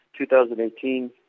2018